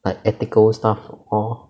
but ethical stuff hor